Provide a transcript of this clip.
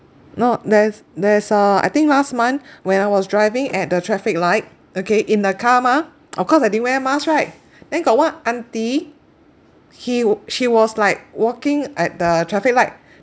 no there's there's uh I think last month when I was driving at the traffic light okay in the car mah of course I didn't wear mask right then got one auntie he she was like walking at the traffic light